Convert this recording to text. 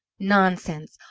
nonsense!